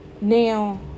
Now